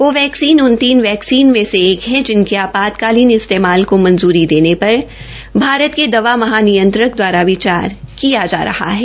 Covaxin उन तीन vaccine में से एक है जिनके आपातकालीन इस्तेमाल को मंजूरी देने पर भारत के दवा महानियंत्रक दवारा विचार किया जा रहा है